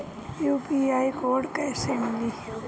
UPI code कैसे मिली?